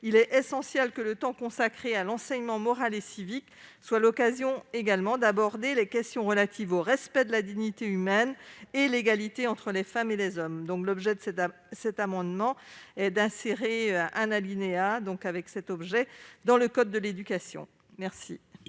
il est essentiel que le temps consacré à l'enseignement moral et civique soit l'occasion d'aborder également les questions relatives au respect de la dignité humaine et à l'égalité entre les femmes et les hommes. Cet amendement vise à insérer un alinéa en ce sens dans le code de l'éducation. Quel